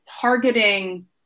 targeting